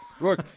Look